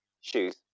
Shoes